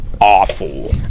awful